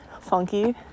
funky